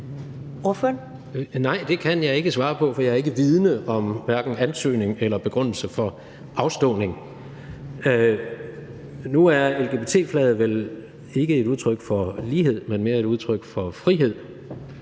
Nej, det kan jeg ikke svare på, for jeg er ikke vidende om hverken ansøgning eller begrundelse for afslaget. Nu er lgbt-flaget vel ikke et udtryk for lighed, men mere et udtryk for frihed,